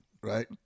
right